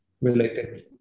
related